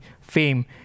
fame